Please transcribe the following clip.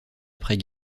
après